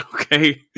Okay